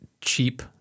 cheap